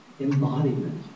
embodiment